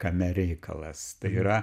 kame reikalas tai yra